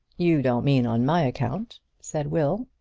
you don't mean on my account, said will.